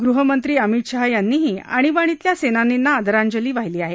गृहमंत्री अमित शहा यांनीही आणिबाणीतल्या सेनानींना आदरांजली वाहिली आहे